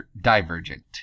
divergent